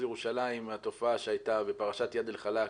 ירושלים התופעה שהייתה בפרשת איאד אל חלאק